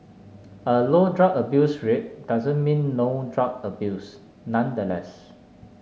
a low drug abuse rate doesn't mean no drug abuse nonetheless